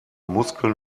muskeln